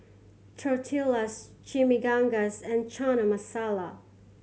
Tortillas Chimichangas and Chana Masala